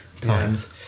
times